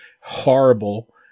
horrible